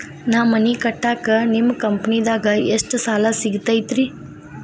ನಾ ಮನಿ ಕಟ್ಟಾಕ ನಿಮ್ಮ ಕಂಪನಿದಾಗ ಎಷ್ಟ ಸಾಲ ಸಿಗತೈತ್ರಿ?